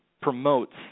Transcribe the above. promotes